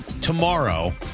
Tomorrow